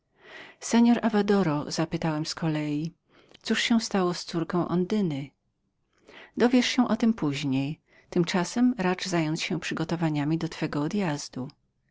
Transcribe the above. seor avadoro zapytałem z kolei cóż się stało z córką ondyny dowiesz się o tem poźniej w tej chwili racz zająć się przygotowaniami do twego odjazdu